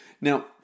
Now